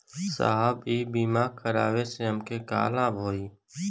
साहब इ बीमा करावे से हमके का लाभ होई?